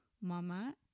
Mama